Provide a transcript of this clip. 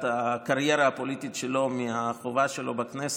הקריירה הפוליטית שלו מהחובה שלו בכנסת,